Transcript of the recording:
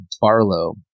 Barlow